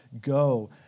go